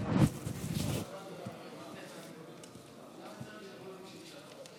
הרבה אנשים טובים כאן לכנסת.